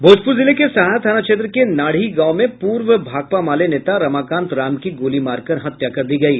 भोजपुर जिले के सहार थाना क्षेत्र के नाढ़ी गांव में पूर्व भाकपा माले नेता रमाकांत राम की गोली मारकर हत्या कर दी गयी